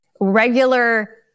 regular